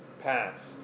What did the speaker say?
passed